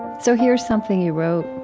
so here's something you wrote